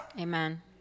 Amen